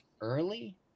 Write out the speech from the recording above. early